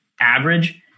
average